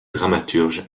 dramaturge